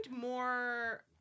more